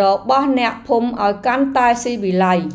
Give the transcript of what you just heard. របស់អ្នកភូមិឱ្យកាន់តែស៊ីវិល័យ។